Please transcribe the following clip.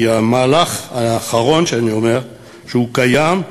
כי המהלך האחרון שאני אומר, שהוא קיים,